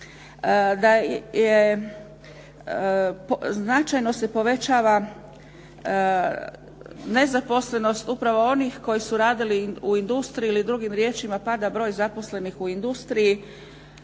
4,2%, značajno se povećava nezaposlenost upravo onih koji su radili u industriji, ili drugim riječima pada broj zaposlenih u industriji,